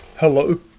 Hello